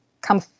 come